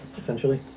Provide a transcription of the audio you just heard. essentially